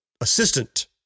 assistant